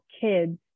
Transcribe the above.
kids